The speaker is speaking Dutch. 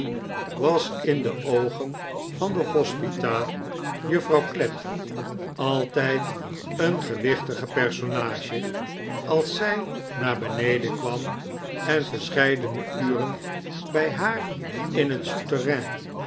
was in de oogen van de hospita juffrouw clapp altijd een gewichtige personage als zij naar beneden kwam en verscheidene uren bij haar in het